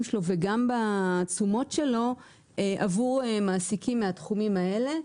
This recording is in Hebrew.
שלו וגם בתשומות שלו עבור מעסיקים מהתחומים האלה.